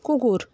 কুকুর